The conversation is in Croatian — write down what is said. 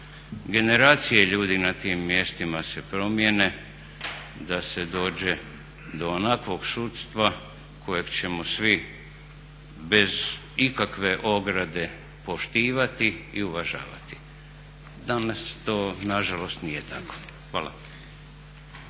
generacije ljudi na tim mjestima se promijene, da se dođe do onakvog sudstva kojeg ćemo svi bez ikakve ograde poštivati i uvažavati. Danas to na žalost nije tako. Hvala.